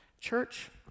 Church